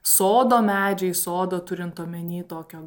sodo medžiai sodo turint omeny tokio